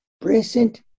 present